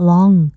Long